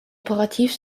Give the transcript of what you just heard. operativ